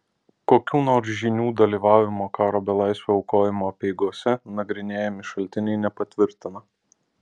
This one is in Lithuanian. kokių nors žynių dalyvavimo karo belaisvio aukojimo apeigose nagrinėjami šaltiniai nepatvirtina